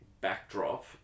backdrop